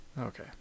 Okay